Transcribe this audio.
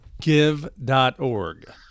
Give.org